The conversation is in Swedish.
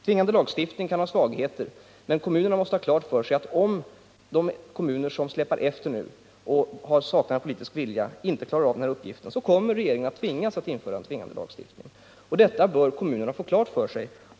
Tvingande lagstiftning kan ha svagheter, men kommunerna måste ha klart för sig att om de kommuner som släpar efter nu och saknar politisk vilja, inte klarar uppgiften, så måste regeringen införa tvingande lagstiftning. Detta bör kommunerna få klart för sig.